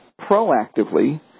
proactively